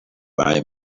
buy